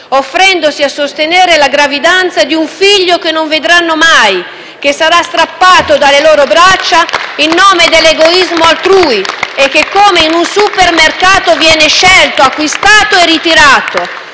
offrendosi a sostenere la gravidanza di un figlio che non vedranno mai, che sarà strappato dalle loro braccia in nome dell'egoismo altrui e che, come in un supermercato, viene scelto, acquistato e ritirato.